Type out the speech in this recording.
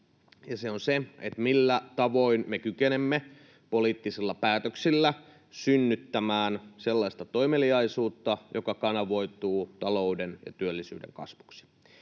se on se, millä tavoin me kykenemme poliittisilla päätöksillä synnyttämään sellaista toimeliaisuutta, joka kanavoituu talouden ja työllisyyden kasvuksi.